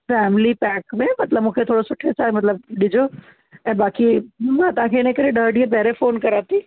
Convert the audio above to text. family pack में मतिलब मूंखे थोरो सुठे सां मतिलब ॾिजो ऐं बाक़ी हन तव्हांखे इन करे ॾह ॾींह पहिरीं फ़ोन करां थी